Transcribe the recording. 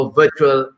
virtual